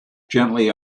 gently